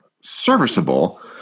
serviceable